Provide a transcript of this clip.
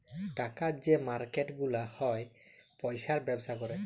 টাকার যে মার্কেট গুলা হ্যয় পয়সার ব্যবসা ক্যরে